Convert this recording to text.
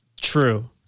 true